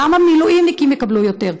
למה מילואימניקים יקבלו יותר?